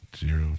Zero